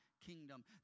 kingdom